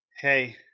Hey